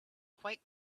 quite